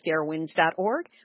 fairwinds.org